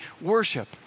worship